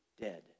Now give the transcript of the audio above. dead